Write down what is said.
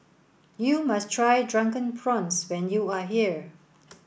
you must try drunken prawns when you are here